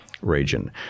region